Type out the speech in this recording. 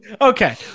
Okay